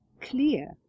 clear